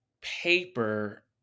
Paper